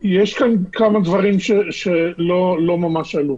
-- אבל יש כאן כמה דברים שלא ממש עלו,